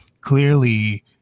clearly